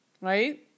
right